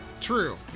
True